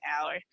hour